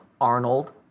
Arnold